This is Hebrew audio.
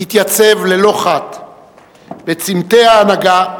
התייצב ללא חת בצומתי ההנהגה,